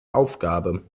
aufgabe